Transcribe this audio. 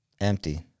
empty